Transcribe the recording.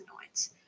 annoyance